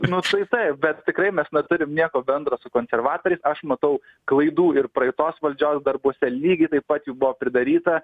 nu tai taip bet tikrai mes neturim nieko bendro su konservatoriais aš matau klaidų ir praeitos valdžios darbuose lygiai taip pat jų buvo pridaryta